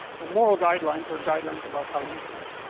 and moral guidelines are guidelines about how you should,